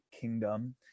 kingdom